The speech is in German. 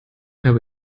habe